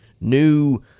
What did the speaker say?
new